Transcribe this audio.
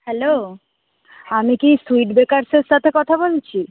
hello আমি কি sweet বেকারসের সাথে কথা বলছি